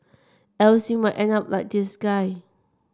else you might end up like this guy